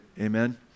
amen